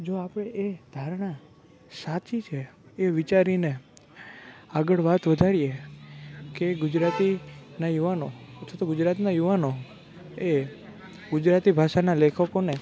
જો આપણી એ ધારણા સાચી છે એ વિચારીને આગળ વાત વધારીએ કે ગુજરાતીના યુવાનો અથવા તો ગુજરાતના યુવાનો ગુજરાતી ભાષાના લેખકોને